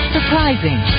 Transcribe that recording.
Surprising